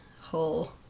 whole